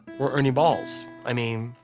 were ernie balls. i mean,